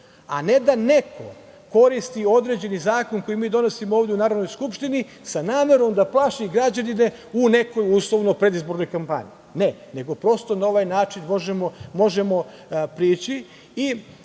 a ne da neko koristi određeni zakon koji mi donosimo ovde u Narodnoj skupštini sa namerom da plaši građane u nekoj uslovno predizbornoj kampanji. Ne, nego prosto na ovaj način možemo prići. Želim